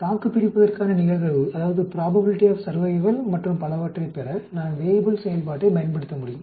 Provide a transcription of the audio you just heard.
தாக்குபிடிப்பதற்கான நிகழ்தகவு மற்றும் பலவற்றைப் பெற நான் வேய்புல் செயல்பாட்டைப் பயன்படுத்தமுடியும்